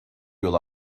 yol